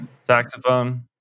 saxophone